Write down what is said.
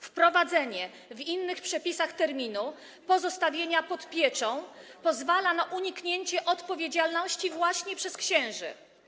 Wprowadzenie w innych przepisach terminu „pozostaje pod pieczą” pozwala na uniknięcie odpowiedzialności właśnie przez księży.